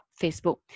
Facebook